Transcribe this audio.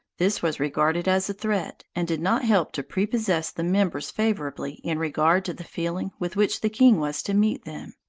this was regarded as a threat, and did not help to prepossess the members favorably in regard to the feeling with which the king was to meet them.